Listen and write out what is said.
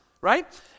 Right